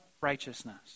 righteousness